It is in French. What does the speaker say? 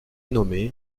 nommé